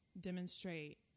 demonstrate